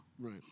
Right